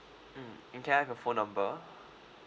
mm and can I have your phone number